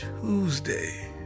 Tuesday